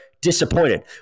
disappointed